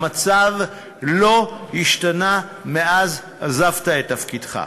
המצב לא השתנה מאז עזבת את תפקידך.